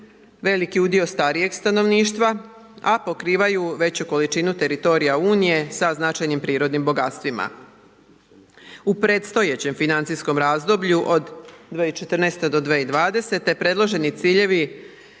veliki udio starijeg stanovništva a pokrivaju veću količinu teritorija Unije sa značajnim prirodnim bogatstvima. U predstojećem financijskom razdoblju od 2014. do 2020. predloženi ciljevi